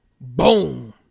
boom